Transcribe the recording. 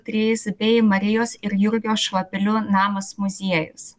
trys bei marijos ir jurgio šlapelių namas muziejus